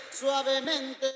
Suavemente